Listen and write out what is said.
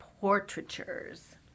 portraitures